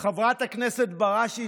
חברת הכנסת בראשי,